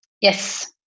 yes